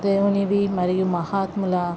దేవుడివి మరియు మహాత్ముల